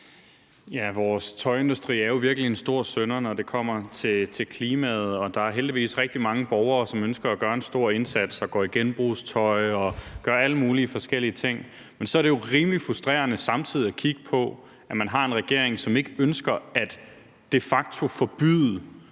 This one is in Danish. Vores tøjindustri er jo virkelig en stor synder, når det kommer til klimaet. Der er heldigvis rigtig mange borgere, som ønsker at gøre en stor indsats, går i genbrugstøj og gør alle mulige forskellige ting. Men så er det jo rimelig frustrerende samtidig at kigge på, at man har en regering, som ikke ønsker at de facto forbyde